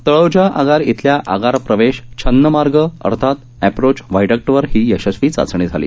तळोजा आगार इथल्या आगार प्रवेश छन्नमार्ग अर्थात एप्रोच व्हायडक्टवर ही यशस्वी चाचणी झाली